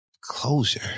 closure